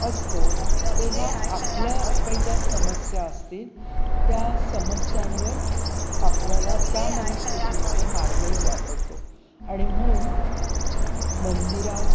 असतो तेव्हा आपल्या काही ज्या समस्या असतील त्या समस्यांवर आपल्याला त्या मनस्थितीमध्ये मार्गही सापडतो आणि म्हणून मंदिरात